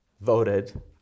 voted